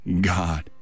god